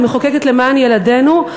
ומחוקקת למען ילדינו,